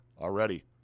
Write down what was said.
already